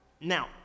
Now